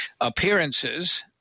appearances